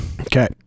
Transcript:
Okay